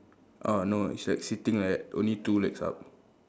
uh no it's like sitting like that only two legs up